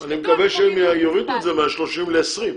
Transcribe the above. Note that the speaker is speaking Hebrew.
אני מקווה שהם יורידו את זה מה-30 ל-20,